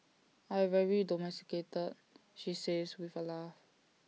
I very domesticated she says with A laugh